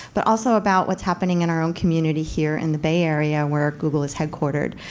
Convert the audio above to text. but also about what's happening in our own community here in the bay area where google is headquartered.